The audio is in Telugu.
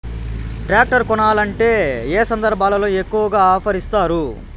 టాక్టర్ కొనాలంటే ఏ సందర్భంలో ఎక్కువగా ఆఫర్ ఇస్తారు?